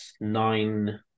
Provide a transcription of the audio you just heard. Nine